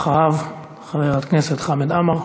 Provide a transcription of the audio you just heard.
ואחריו, חבר הכנסת חמד עמאר.